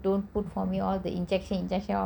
don't put for me all the injection injection all the one